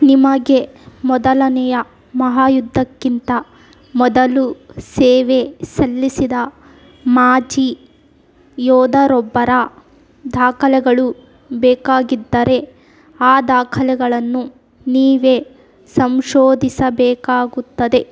ನಿಮಗೆ ಮೊದಲನೆಯ ಮಹಾಯುದ್ದಕ್ಕಿಂತ ಮೊದಲು ಸೇವೆ ಸಲ್ಲಿಸಿದ ಮಾಜಿ ಯೋಧರೊಬ್ಬರ ದಾಖಲೆಗಳು ಬೇಕಾಗಿದ್ದರೆ ಆ ದಾಖಲೆಗಳನ್ನು ನೀವೇ ಸಂಶೋಧಿಸಬೇಕಾಗುತ್ತದೆ